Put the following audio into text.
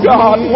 God